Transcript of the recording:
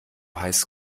heiß